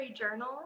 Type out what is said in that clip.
journal